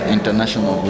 International